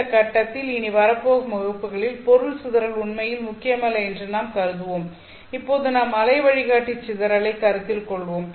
இந்த கட்டத்தில் இனி வரப்போகும் வகுப்புகளில் பொருள் சிதறல் உண்மையில் முக்கியமல்ல என்று நாம் கருதுவோம் இப்போது நாம் அலை வழிகாட்டி சிதறலைக் கருத்தில் கொள்வோம்